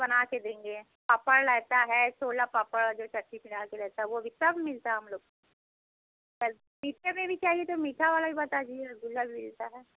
बना के देंगे पापड़ रहता है छोला पापड़ जो चटनी में डाल कर देता है वो भी सब मिलता है हम लोग के मीठे में भी चाहिए तो मीठा वाला भी बता दीजिए रसगुल्ला भी मिलता है